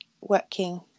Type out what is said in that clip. working